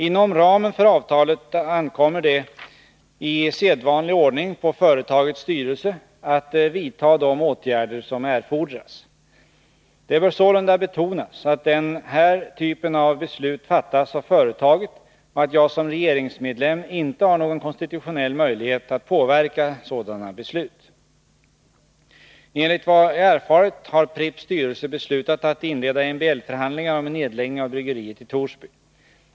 Inom ramen för avtalet ankommer det i sedvanlig ordning på företagets styrelse att vidta de åtgärder som erfordras. Det bör sålunda betonas att den här typen av beslut fattas av företaget och att jag som regeringsmedlem inte har någon konstitutionell möjlighet att påverka sådana beslut. Enligt vad jag erfarit har Pripps styrelse beslutat att inleda MBL förhandlingar om en nedläggning av bryggeriet i Torsby.